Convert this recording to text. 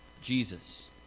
Jesus